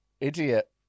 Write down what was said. Idiot